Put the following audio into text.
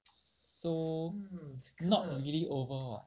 so not really over [what]